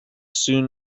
soon